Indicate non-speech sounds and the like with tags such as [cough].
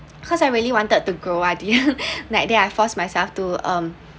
cause I really wanted to grow idea [laughs] that day I forced myself to um